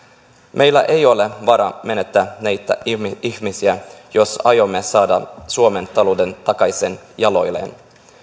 meillä ei ole varaa menettää näitä ihmisiä jos aiomme saada suomen talouden takaisin jaloilleen